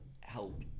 help